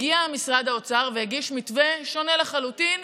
הגיע משרד האוצר והגיש מתווה שונה לחלוטין,